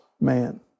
man